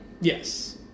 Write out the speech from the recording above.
Yes